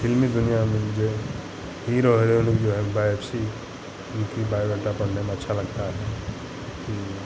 फिल्मी दुनियाँ में जो है हीरो हिरोइनों की जो है बायोप्सी उनकी बायोडाटा पढ़ने में अच्छा लगता है कि